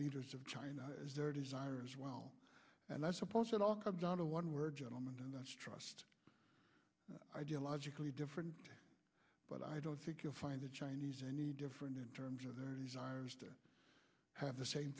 leaders of china is their desire as well and i suppose it all comes down to one word gentlemen and that's trust ideologically different but i don't think you'll find the chinese any different in terms of their use ayers to have the same